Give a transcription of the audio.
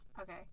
Okay